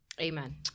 Amen